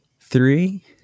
three